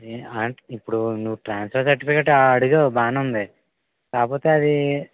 ఏ అంటే ఇప్పుడు నువ్వు ట్రాన్స్ఫర్ సర్టిఫికేట్ అడిగావు బాగానే ఉంది కాకపోతే అది